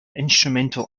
instrumental